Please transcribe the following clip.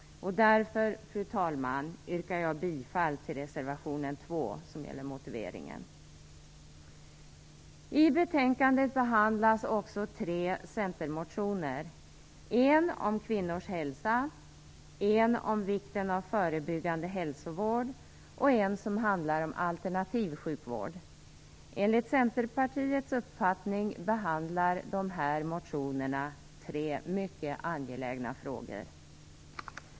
Därför, fru talman, yrkar jag bifall till reservationen 2, som gäller motiveringen. I betänkandet behandlas också tre centermotioner. En handlar om kvinnors hälsa, en om vikten av förebyggande hälsovård och en om alternativ sjukvård. Enligt Centerpartiets uppfattning behandlar dessa motioner tre mycket angelägna frågor.